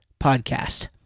podcast